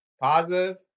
positive